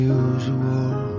usual